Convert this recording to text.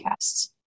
podcasts